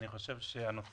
עצם